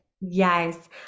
yes